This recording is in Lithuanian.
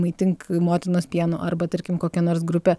maitink motinos pienu arba tarkim kokia nors grupe